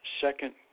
second